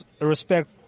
respect